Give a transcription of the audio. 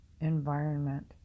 environment